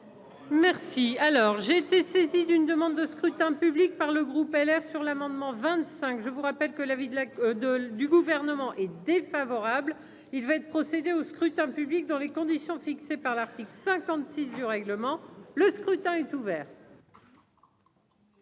Merci, alors j'ai été saisi d'une demande de scrutin public par le groupe LR sur l'amendement vingt-cinq je vous rappelle que la vie de la, de l'du gouvernement est défavorable, il va être procédé au scrutin public dans les conditions fixées par l'article 56 du règlement, le scrutin est ouvert.